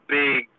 big